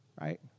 right